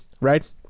right